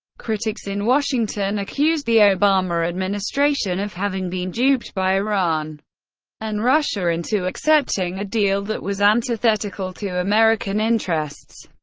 critics in washington accused the obama administration of having been duped by iran and russia into accepting a deal that was antithetical to american interests.